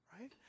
right